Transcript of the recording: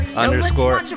underscore